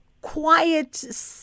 quiet